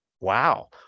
wow